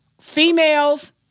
females